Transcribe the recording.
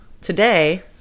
Today